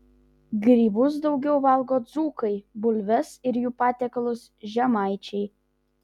grybus daugiau valgo dzūkai bulves ir jų patiekalus žemaičiai